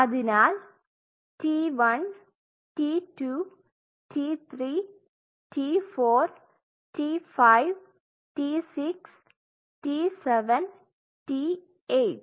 അതിനാൽ T 1 T 2 T 3 T 4 T 5 T 6 T 7 T 8